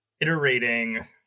iterating